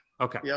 Okay